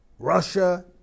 Russia